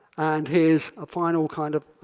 and here is a final kind of